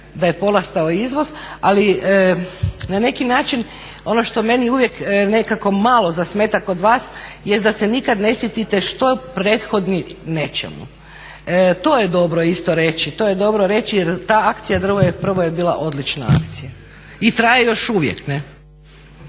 da je porastao izvoz ali na neki način ono što meni uvijek nekako malo zasmeta kod vas jest da se nikad ne sjetite što prethodi nečemu. To je dobro isto reći, jer ta akcija "Drvo je prvo" je odlična akcija i traje još uvijek.